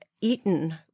eaten